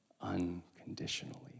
unconditionally